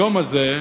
היום הזה,